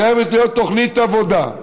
חייבת להיות תוכנית עבודה,